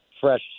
Fresh